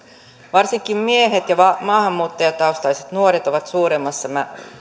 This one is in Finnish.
varsinkin miehet ja ja maahanmuuttajataustaiset nuoret ovat suuremmassa